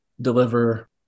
Deliver